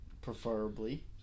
Preferably